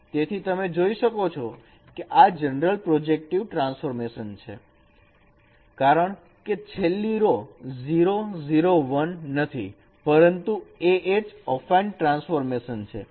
તેથી તમે જોઈ શકો છો કે આ જનરલ પ્રોજેક્ટિવ ટ્રાન્સફોર્મેશન છે કારણકે છેલ્લી રો 0 0 1 નથી પરંતુ A H અફાઈન ટ્રાન્સફોર્મેશન છે